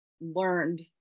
learned